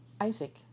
Isaac